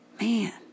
man